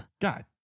God